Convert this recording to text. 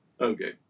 Okay